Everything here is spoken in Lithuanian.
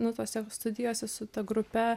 nu tose studijose su ta grupe